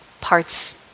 parts